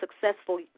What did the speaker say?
successful